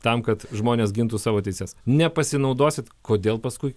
tam kad žmonės gintų savo teises nepasinaudosit kodėl paskui